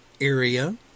area